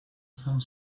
some